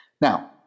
Now